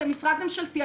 אתם משרד ממשלתי,